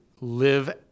live